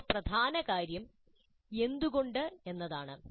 അടുത്ത പ്രധാന കാര്യം എന്തുകൊണ്ട് എന്നതാണ്